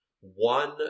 one